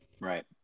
Right